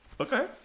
Okay